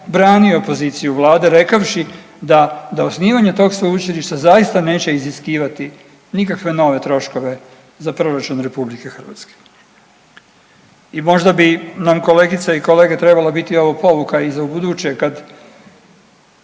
branio poziciju vlade rekavši da, da osnivanje tog sveučilišta zaista neće iziskivati nikakve nove troškove za proračun RH. I možda bi nam kolegice i kolege trebalo biti ovo pouka i za ubuduće kad,